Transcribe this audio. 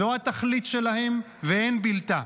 זו התכלית שלהם ואין בלתה.